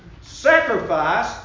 sacrifice